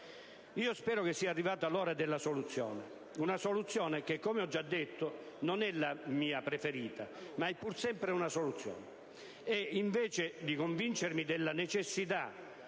Spero che sia arrivata l'ora della soluzione. Una soluzione che, come ho già detto, non è la mia preferita, ma è pur sempre una soluzione. E, invece di convincermi della necessità